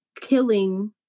killing